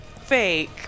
fake